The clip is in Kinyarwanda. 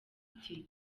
active